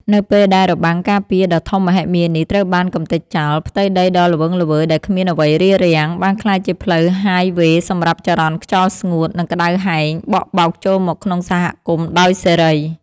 នៅពេលដែលរបាំងការពារដ៏ធំមហិមានេះត្រូវបានកម្ទេចចោល ផ្ទៃដីដ៏ល្វឹងល្វើយដែលគ្មានអ្វីរារាំង បានក្លាយជាផ្លូវហាយវ៉េសម្រាប់ចរន្តខ្យល់ស្ងួត និងក្ដៅហែងបក់បោកចូលមកក្នុងសហគមន៍ដោយសេរី។